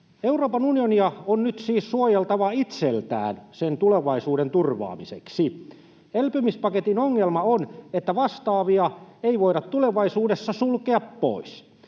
Euroopan unionia on nyt siis suojeltava itseltään sen tulevaisuuden turvaamiseksi. Elpymispaketin ongelma on, että vastaavia ei voida tulevaisuudessa sulkea pois.